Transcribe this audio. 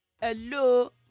Hello